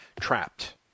trapped